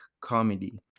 comedy